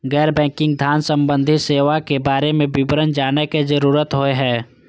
गैर बैंकिंग धान सम्बन्धी सेवा के बारे में विवरण जानय के जरुरत होय हय?